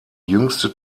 jüngste